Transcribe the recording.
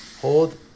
hold